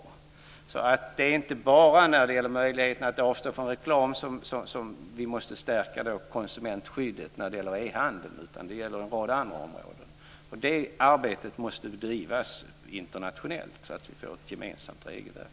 Det är alltså inte bara i fråga om möjligheten att avstå från reklam som vi måste stärka konsumentskyddet när det gäller e-handeln utan det gäller en rad andra områden. Och det arbetet måste bedrivas internationellt, så att vi får ett gemensamt regelverk.